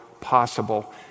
possible